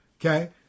okay